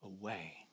away